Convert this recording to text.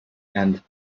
and